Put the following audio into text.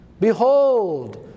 Behold